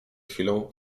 chwilą